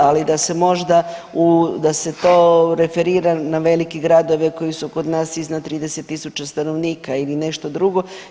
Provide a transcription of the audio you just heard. Ali da se možda da se to referira na velike gradove koji su kod nas iznad 30 000 stanovnika ili nešto drugo.